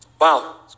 wow